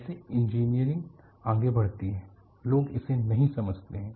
ऐसे इंजीनियरिंग आगे बढ़ती है लोग इसे नहीं समझते हैं